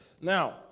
Now